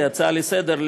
כהצעה לסדר-היום,